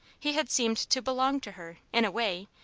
he had seemed to belong to her, in a way,